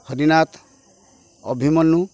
Harinath Abhimanyu